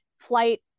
flight